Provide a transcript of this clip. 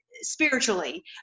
spiritually